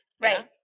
Right